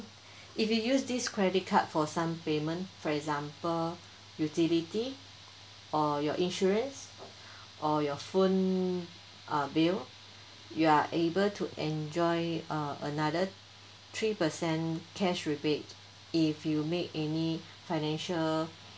if you use this credit card for some payment for example utility or your insurance or your phone uh bill you are able to enjoy uh another three percent cash rebate if you make any financial